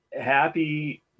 Happy